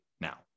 now